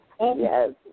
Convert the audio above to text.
yes